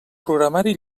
programari